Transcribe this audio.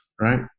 right